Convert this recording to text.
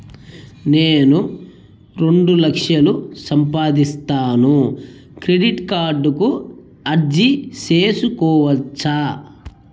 నేను రెండు లక్షలు సంపాదిస్తాను, క్రెడిట్ కార్డుకు అర్జీ సేసుకోవచ్చా?